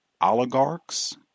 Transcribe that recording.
oligarchs